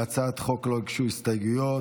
להצעת החוק לא הוגשו הסתייגויות,